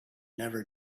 never